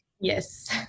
Yes